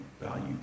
value